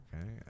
Okay